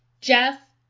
Jeff